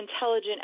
intelligent